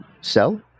sell